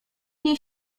niej